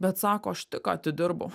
bet sako aš tik atidirbau